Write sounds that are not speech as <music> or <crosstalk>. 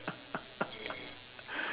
<laughs>